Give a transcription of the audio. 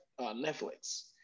Netflix